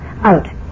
out